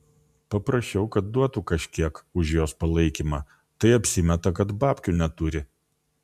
paprašiau kad duotų kažkiek už jos palaikymą tai apsimeta kad babkių neturi